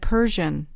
Persian